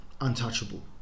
untouchable